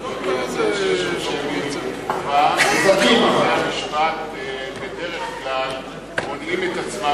שבהינתן שיש עונשי מינימום בתי-המשפט בדרך כלל מונעים את עצמם